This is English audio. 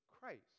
Christ